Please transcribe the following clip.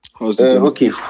okay